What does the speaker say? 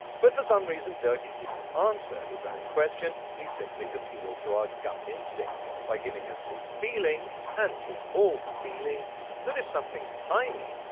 but for some reason durkin didn't answer his own question he simply appealed to our gut instinct. by giving us his feeling and tim ball's feeling that if something's tiny,